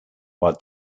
while